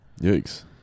Yikes